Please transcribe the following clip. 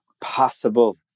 possible